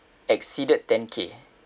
exceeded ten K